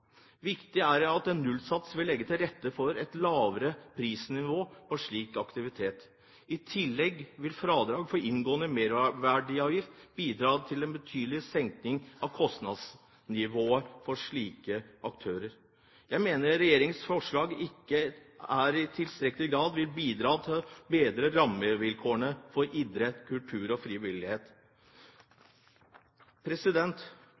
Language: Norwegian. Viktig er det også at en nullsats vil legge til rette for et lavere prisnivå på slik aktivitet. I tillegg vil fradrag for inngående merverdiavgift bidra til en betydelig senking av kostnadsnivået for slike aktører. Jeg mener regjeringens forslag ikke i tilstrekkelig grad vil bidra til å bedre rammevilkårene for idrett, kultur og frivillighet.